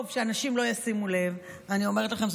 שאנשים לא ישימו לב" אני אומרת לכם,